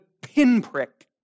pinprick